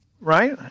right